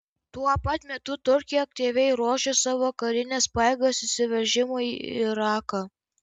tuo pat metu turkija aktyviai ruošia savo karines pajėgas įsiveržimui į iraką